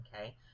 okay